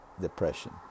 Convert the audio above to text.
depression